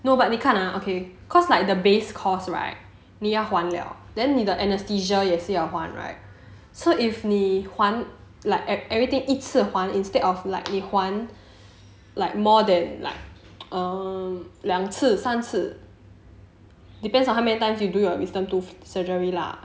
no but 你看啊 okay cause like the base cost right 你要还了 then 你的 anaesthesia 也是要还 right so if 你还 like everything 一次还 instead of like 你还 like more than like err 两次三次 depends on how many times you do your wisdom tooth surgery lah